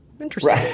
interesting